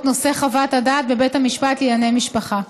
נושא חוות הדעת בבית המשפט לענייני משפחה.